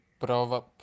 Prova